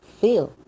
feel